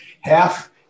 half